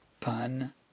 pun